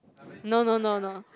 no no no no